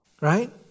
Right